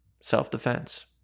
self-defense